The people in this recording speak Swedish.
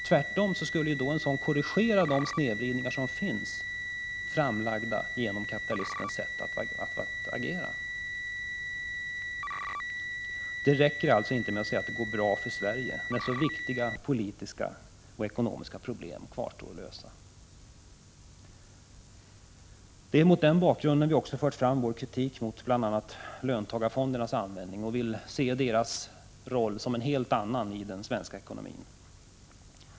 Tvärtom skulle ju en sådan politik korrigera de snedvridningar som kommit till genom kapitalismens sätt att agera. Det räcker inte med att säga att det går bra för Sverige, när så viktiga ekonomiska och politiska problem kvarstår att lösa. Det är ju mot den bakgrunden som vi fört fram vår kritik, bl.a. mot löntagarfondernas användning. Vi vill se löntagarfondernas roll som en helt annan i den svenska ekonomin.